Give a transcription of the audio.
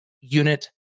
unit